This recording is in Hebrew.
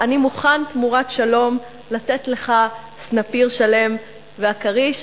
/ 'אני מוכן תמורת שלום / לתת לך סנפיר שלם' / והכריש,